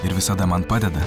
ir visada man padeda